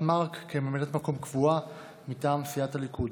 מארק כממלאת מקום קבועה מטעם סיעת הליכוד.